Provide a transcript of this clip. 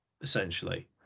essentially